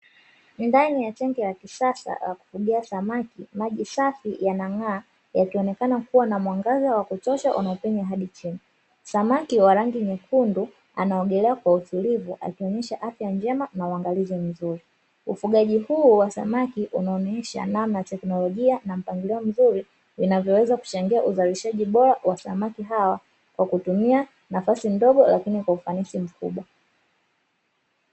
Ndani ya tenki la kisasa la kufugia samaki, maji safi yanang'aa yakionekana kuwa na mwangaza wa kutosha unaupenya hadi chini. Samaki wa rangi nyekundu anaogelea kwa utulivu, akionyesha afya njema na uangalizi mzuri. Ufugaji huu wa samaki unaonyesha namna teknolojia na mpangilio mzuri, inavyoweza kuchangia uzalishaji bora wa samaki hawa, kwa kutumia nafasi ndogo lakini kwa ufanisi mkubwa.